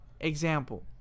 Example